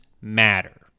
matter